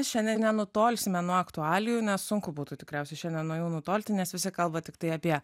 šiandien nenutolsime nuo aktualijų nes sunku būtų tikriausiai šiandien nuo jų nutolti nes visi kalba tiktai apie